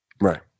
Right